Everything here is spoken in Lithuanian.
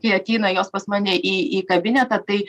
kai ateina jos pas mane į į kabinetą tai